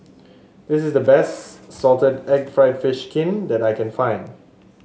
this is the best Salted Egg fried fish skin that I can find